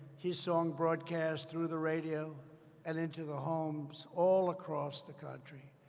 his song broadcast through the radio and into the homes all across the country.